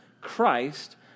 Christ